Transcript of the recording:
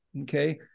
okay